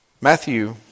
Matthew